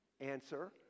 Answer